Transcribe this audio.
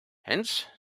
hence